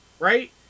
right